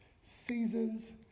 Seasons